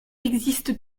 existe